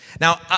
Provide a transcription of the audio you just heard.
Now